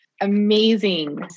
amazing